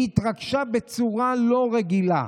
והיא התרגשה בצורה לא רגילה.